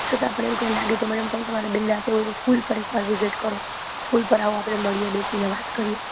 છતાં પણ એવું કંઈ લાગે તો મેડમ તમે તમારે બિન્દાસ એવું હોય તો સ્કૂલ પર એકવાર વિજિટ કરો સ્કૂલ પર આવો આપણે મળીએ બેસીને વાત કરીએ